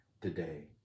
today